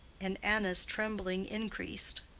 and anna's trembling increased.